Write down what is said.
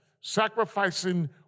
sacrificing